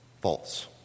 False